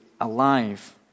alive